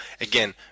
again